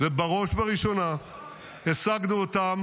ובראש ובראשונה השגנו אותם